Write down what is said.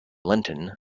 lenton